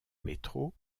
métro